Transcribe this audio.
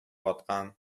баткан